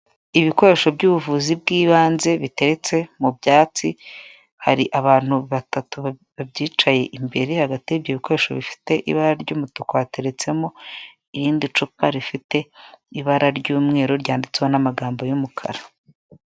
Ibikoresho by'ubuvuzi bw'ibanze bitetse mu byatsi hari abantu batatu babyicaye imbere, hagati y'ibyo bikoresho bifite ibara ry'umutuku hateretsemo irindi cupa rifite ibara ry'umweru ryanditse n'amagambo y'umukara.